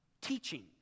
teaching